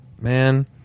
man